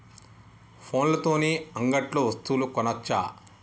ఫోన్ల తోని అంగట్లో వస్తువులు కొనచ్చా?